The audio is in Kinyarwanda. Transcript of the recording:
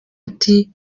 ati